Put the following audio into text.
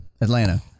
Atlanta